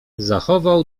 zachował